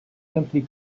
simply